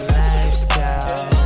lifestyle